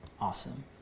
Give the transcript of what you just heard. Awesome